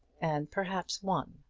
and perhaps won.